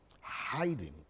Hiding